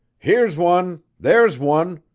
here's one, there's one!